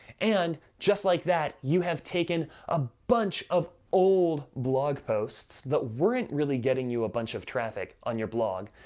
and just like that, you have taken a bunch of old blog posts that weren't really getting you a bunch of traffic on your blog,